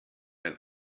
ein